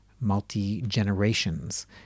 multi-generations